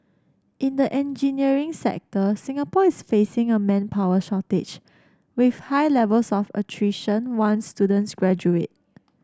in the engineering sector Singapore is facing a manpower shortage with high levels of attrition once students graduate